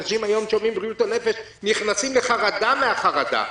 אנשים שומעים היום בריאות הנפש ונכנסים לחרדה מהחרדה.